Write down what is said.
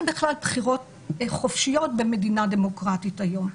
בכלל בחירות חופשיות במדינה דמוקרטית היום.